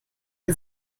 wir